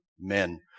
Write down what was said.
men